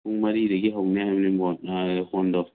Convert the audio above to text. ꯄꯨꯡ ꯃꯔꯤꯗꯒꯤ ꯍꯧꯅꯦ ꯍꯥꯏꯕꯅꯦ ꯃꯣꯏ ꯍꯣꯜꯗꯣ